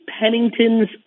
Pennington's